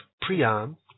Priam